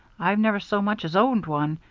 i've never so much as owned one,